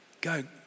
God